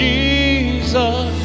Jesus